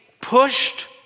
pushed